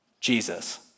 Jesus